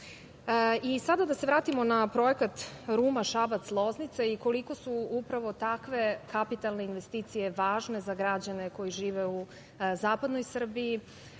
da se vratimo na projekat Ruma-Šabac-Loznica i koliko su takve kapitalne investicije važne za građane koji žive u zapadnoj Srbiji,